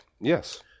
Yes